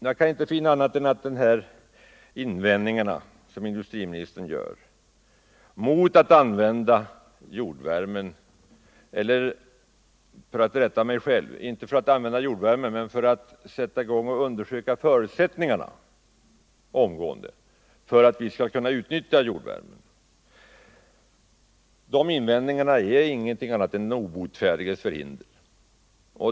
Jag kan inte finna annat än att de invändningar som industriministern gör mot att omgående sätta i gång med att undersöka förutsättningarna för att vi skall kunna utnyttja jordvärmen ingenting annat är än den obotfärdiges förhinder.